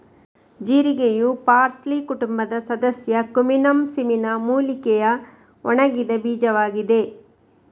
ಜೀರಿಗೆಯು parsley ಕುಟುಂಬದ ಸದಸ್ಯ ಕ್ಯುಮಿನಮ್ ಸಿಮಿನ ಮೂಲಿಕೆಯ ಒಣಗಿದ ಬೀಜವಾಗಿದೆ